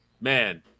man